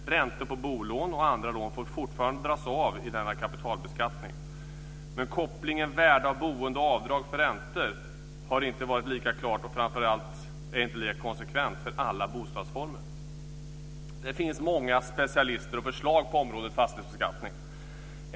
Räntor på bolån och andra lån får fortfarande dras av i kapitalbeskattningen. Men kopplingen värde av boende och avdrag för räntor har inte varit lika klar och är framför allt inte lika konsekvent för alla bostadsformer. Det finns många specialister och förslag på området fastighetsbeskattning.